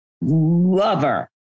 lover